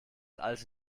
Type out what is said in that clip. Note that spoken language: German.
alte